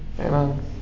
Amen